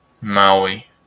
Maui